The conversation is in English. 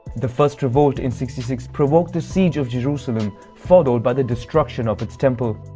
the first revolt in sixty six provoked the siege of jerusalem followed by the destruction of its temple.